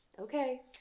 Okay